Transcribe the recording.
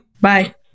Bye